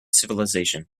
civilisation